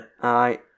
Aye